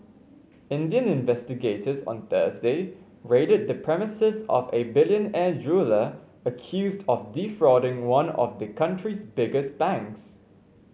Indian investigators on Thursday raided the premises of a billionaire jeweller accused of defrauding one of the country's biggest banks